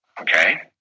Okay